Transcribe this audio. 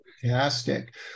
fantastic